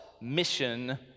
Mission